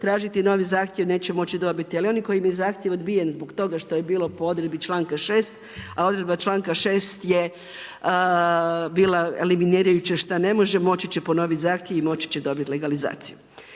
tražiti novi zahtjev neće moći dobiti. Ali onima kojima je zahtjev odbijen zbog toga što je bilo po odredbi članka 6. a odredba članka 6. je bila eliminirajuća, šta ne može moći će ponoviti zahtjev i moći će dobiti legalizaciju.